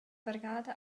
vargada